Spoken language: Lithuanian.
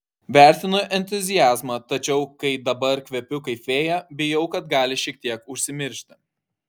vertinu entuziazmą tačiau kai dabar kvepiu kaip fėja bijau kad gali šiek tiek užsimiršti